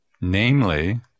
Namely